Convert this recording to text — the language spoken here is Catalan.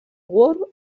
word